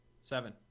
Seven